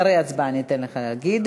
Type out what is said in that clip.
אחרי ההצבעה אני אתן לך להגיד.